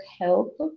help